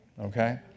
Okay